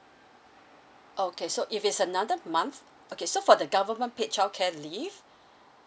okay so if it's another month okay so for the government paid childcare leave